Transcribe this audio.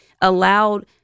allowed